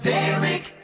Derek